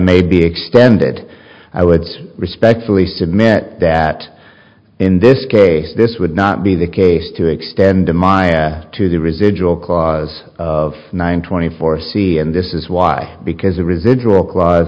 may be extended i would respectfully submit that in this case this would not be the case to extend to the residual clause of nine twenty four c and this is why because a residual cla